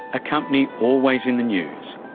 a company always in the news,